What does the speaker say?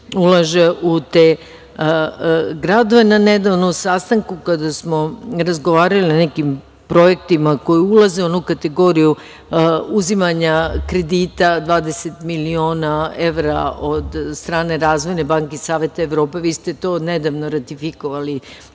ulaže u te gradove. Na nedavnom sastanku, kada smo razgovarali o nekim projektima, koji ulaze u onu kategoriju uzimanja kredita 20 miliona evra od strane Razvojne banke SE, vi ste to nedavno ratifikovali